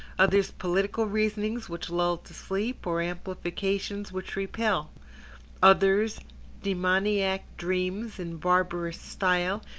others political reasonings which lull to sleep, or amplifications which repel others demoniac dreams in barbarous style,